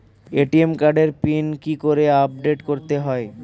ATM কার্ডের pin কি করে আপডেট করতে হয়?